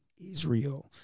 Israel